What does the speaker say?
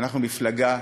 אנחנו מפלגה